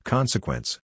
Consequence